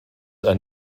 are